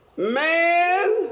man